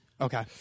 Okay